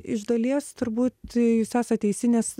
iš dalies turbūt jūs esat teisi nes